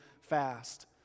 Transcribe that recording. fast